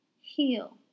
Heal